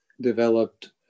developed